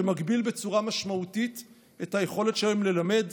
שמגביל בצורה משמעותית את היכולת שלהם ללמד,